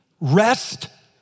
rest